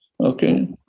okay